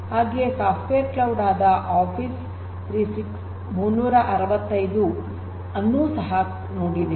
ಹಾಗೆಯೆ software cloud ಆದ Office ೩೬೫ ಅನ್ನೂ ಸಹ ನೋಡಿದೆವು